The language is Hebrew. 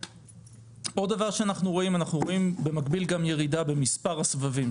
בנוסף, במקביל אנחנו רואים גם ירידה במספר הסבבים.